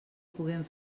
puguen